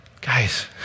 Guys